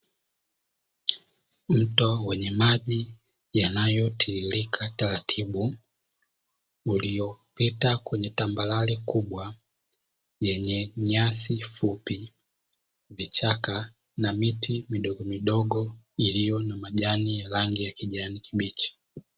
Mto wenye maji yanayotiririka taratibu, uliopita kwenye tambarare kubwa, yenye nyasi fupi, vichaka na miti midogo midogo iliyo na majani ya rangi ya kijani kibichi.